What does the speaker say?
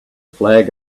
flag